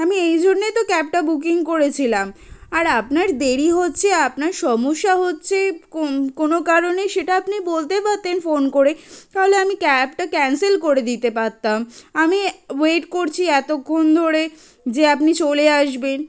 আমি এই জন্যই তো ক্যাবটা বুকিং করেছিলাম আর আপনার দেরি হচ্ছে আপনার সমস্যা হচ্ছে কো কোনো কারণে সেটা আপনি বলতেই পারতেন ফোন করে তাহলে আমি ক্যাবটা ক্যান্সেল করে দিতে পারতাম আমি ওয়েট করছি এতক্ষণ ধরে যে আপনি চলে আসবেন